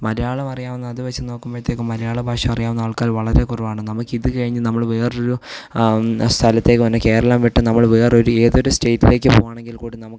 മലയാളം അറിയാവുന്നത് അത് വെച്ച് നോക്കുമ്പഴത്തേയ്ക്കും മലയാള ഭാഷ അറിയാവുന്ന ആൾക്കാർ വളരെ കുറവാണ് നമുക്ക് കഴിഞ്ഞ് നമ്മള് വേറൊരു സ്ഥലത്തേക്ക് വന്ന് കേരളം വിട്ട് നമ്മള് വേറൊര് ഏതൊര് സ്റ്റേറ്റിലേക്ക് പോകുവാണെങ്കിൽ കൂടി നമുക്ക്